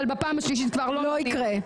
אבל בפעם השלישית כבר לא יקרה,